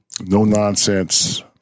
No-nonsense